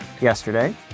yesterday